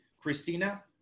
Christina